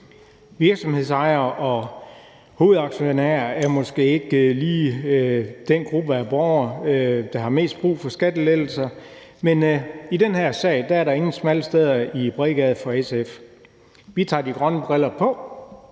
Virksomhedsejere og hovedaktionærer er måske ikke lige den gruppe af borgere, der har mest brug for skattelettelser, men i den her sag er der ingen smalle steder i Bredgade for SF. Vi tager de grønne briller på